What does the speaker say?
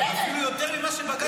אפילו יותר ממה שבג"ץ ביקש.